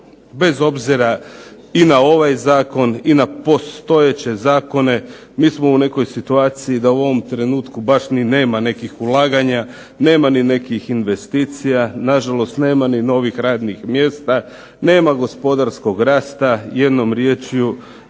bez obzira i na ovaj zakon i na postojeće zakone mi smo u nekoj situaciji da u ovom trenutku baš ni nema nekih ulaganja, nema ni nekih investicija, nažalost nema ni novih radnih mjesta, nema gospodarskog rasta, jednom rječju